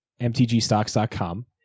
mtgstocks.com